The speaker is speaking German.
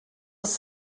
ist